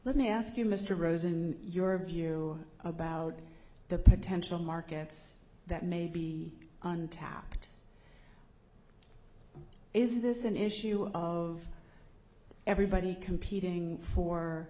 let me ask you mr rosen your view about the potential markets that may be untapped is this an issue of everybody competing for